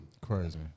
Crazy